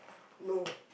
no